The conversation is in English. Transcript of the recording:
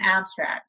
abstract